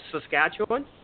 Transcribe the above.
Saskatchewan